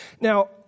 Now